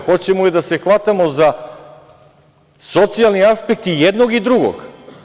Hoćemo li da se hvatamo za socijalni aspekt i jednog i drugog?